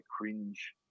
cringe